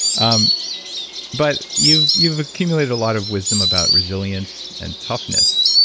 um but you've you've accumulated a lot of wisdom about resilience and toughness,